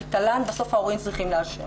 כי תל"ן בסוף ההורים צריכים לאשר